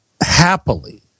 happily